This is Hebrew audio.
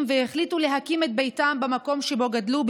והחליטו להקים את ביתם במקום שבו גדלו,